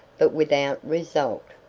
but without result.